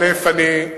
א.